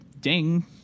Ding